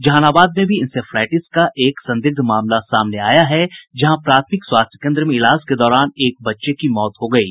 जहानाबाद में भी इंसेफ्लाईटिस का एक संदिग्ध मामला सामने आया है जहां प्राथमिक स्वास्थ्य कोन्द्र में इलाज के दौरान बच्चे की मौत हो गयी